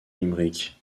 limerick